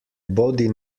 bodi